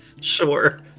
Sure